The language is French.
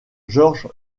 george